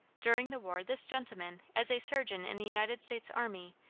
during the war this gentleman, as a surgeon in the united states army,